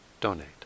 donate